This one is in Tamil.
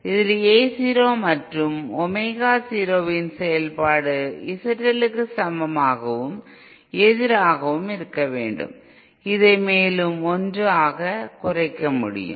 இதில் A 0 மற்றும் ஒமேகா 0 இன் செயல்பாடு ZL க்கு சமமாகவும் எதிராகவும் இருக்க வேண்டும் இதை மேலும் 1 ஆக குறைக்க முடியும்